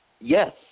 Yes